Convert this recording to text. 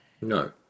No